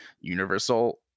universal